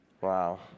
Wow